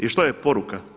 I što je poruka?